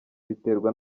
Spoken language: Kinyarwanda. biterwa